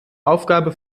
aufgabe